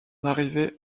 arrivée